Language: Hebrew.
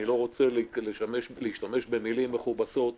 אני לא רוצה להשתמש במילים מכובסות,